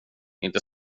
inte